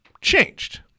changed